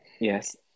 Yes